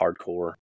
hardcore